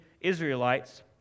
Israelites